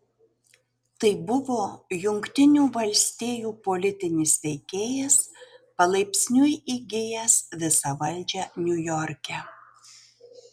tai buvo jungtinių valstijų politinis veikėjas palaipsniui įgijęs visą valdžią niujorke